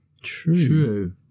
True